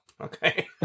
okay